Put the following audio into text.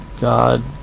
God